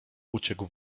uciekł